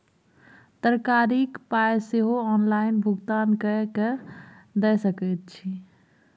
तरकारीक पाय सेहो ऑनलाइन भुगतान कए कय दए सकैत छी